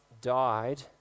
died